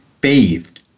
bathed